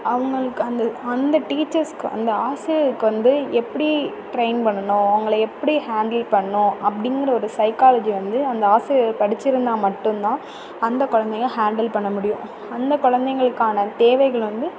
அவங்களுக்கு அந்த அந்த டீச்சர்ஸுக்கு அந்த ஆசிரியருக்கு வந்து எப்படி ட்ரெய்ன் பண்ணணும் அவங்களை எப்படி ஹேண்டில் பண்ணும் அப்படீங்கிற ஒரு சைக்காலஜியை வந்து அந்த ஆசிரியர்கள் படிச்சிருந்தால் மட்டுந்தான் அந்த கொழந்தைய ஹேண்டில் பண்ண முடியும் அந்த கொழந்தைகளுக்கான தேவைகள் வந்து